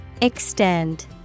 Extend